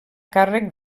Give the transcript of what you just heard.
càrrec